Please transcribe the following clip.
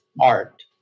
art